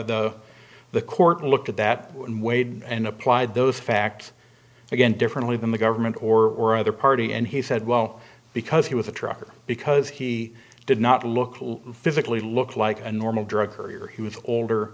the the court looked at that and weighed and applied those facts again differently than the government or or other party and he said well because he was a trucker because he did not look physically look like a normal drug carrier he was older